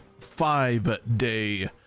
five-day